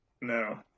No